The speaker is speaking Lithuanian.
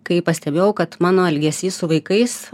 kai pastebėjau kad mano elgesys su vaikais